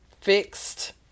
fixed